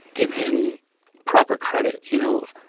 give him proper credit, you know,